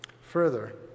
Further